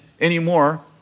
anymore